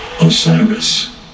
Osiris